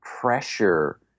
pressure